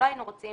לא היינו רוצים